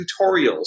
tutorials